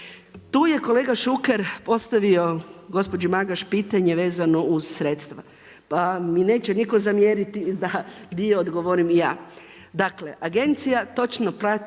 Tu je kolega Šuker postavio gospođi Magaš pitanje vezano uz sredstva pa mi neće nitko zamjeriti da dio odgovorim i ja. Dakle agencija točno prati